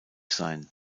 sein